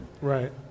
Right